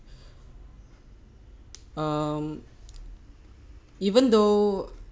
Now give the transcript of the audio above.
um even though